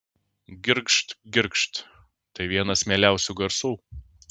girgžt girgžt tai vienas mieliausių garsų